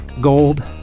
gold